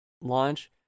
launch